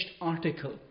article